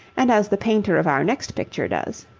and as the painter of our next picture does.